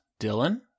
Dylan